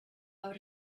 out